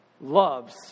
loves